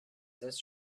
this